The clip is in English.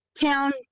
town